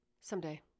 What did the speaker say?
Someday